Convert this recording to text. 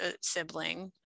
sibling